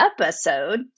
episode